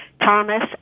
Thomas